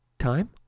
Time